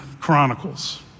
Chronicles